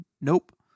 nope